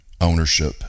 ownership